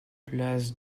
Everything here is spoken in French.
place